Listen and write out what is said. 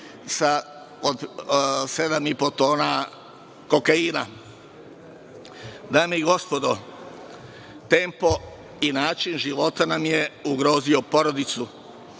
i po tona kokaina. Dame i gospodo, tempo i način života nam je ugrozio porodicu,